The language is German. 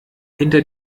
hinter